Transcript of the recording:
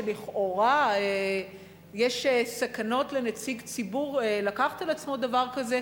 שלכאורה יש סכנות לנציג ציבור לקחת על עצמו דבר כזה,